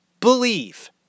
believe